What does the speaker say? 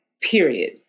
period